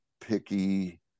picky